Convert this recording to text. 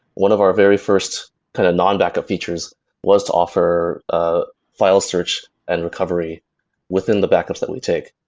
one of our very first kind of non-backup features was to offer ah file search and recovery within the backups that we take.